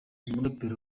umuraperi